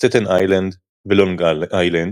סטטן איילנד ולונג איילנד,